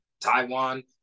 taiwan